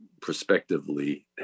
prospectively